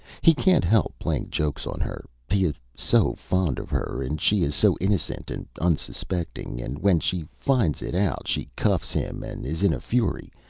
he can't help playing jokes on her, he is so fond of her and she is so innocent and unsuspecting and when she finds it out she cuffs him and is in a fury,